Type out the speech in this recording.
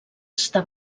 està